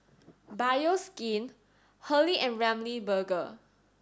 Bioskin Hurley and Ramly Burger